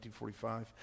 1945